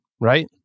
right